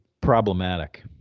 Problematic